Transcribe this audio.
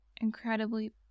incredibly